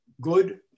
good